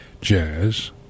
jazz